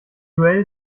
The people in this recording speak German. duell